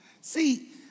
See